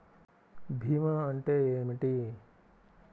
భీమా అంటే ఏమిటి?